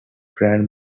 grand